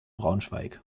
braunschweig